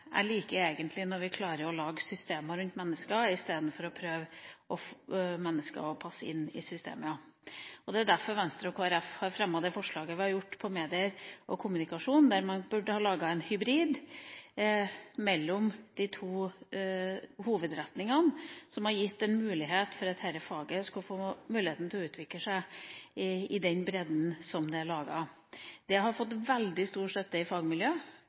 Jeg liker det egentlig når vi klarer å lage systemer rundt mennesker, istedenfor å prøve å få mennesker til å passe inn i systemer. Det er derfor Venstre og Kristelig Folkeparti har fremmet det forslaget om medier og kommunikasjon, at man burde ha laget en hybrid mellom de to hovedretningene, som kunne gitt en mulighet for at dette faget kunne utvikle seg i den rette bredden. Det har fått veldig stor støtte i fagmiljøet.